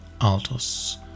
altos